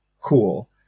cool